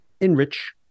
enrich